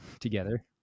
together